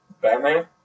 Batman